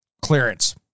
clearance